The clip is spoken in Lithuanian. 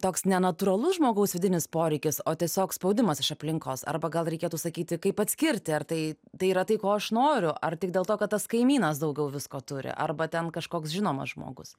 toks nenatūralus žmogaus vidinis poreikis o tiesiog spaudimas iš aplinkos arba gal reikėtų sakyti kaip atskirti ar tai tai yra tai ko aš noriu ar tik dėl to kad tas kaimynas daugiau visko turi arba ten kažkoks žinomas žmogus